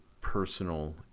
personal